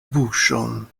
buŝon